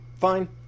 Fine